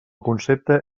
concepte